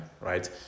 right